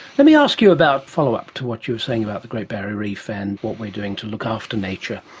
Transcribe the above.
let me ask you about follow-up to what you were saying about the great barrier reef and what we're doing to look after nature.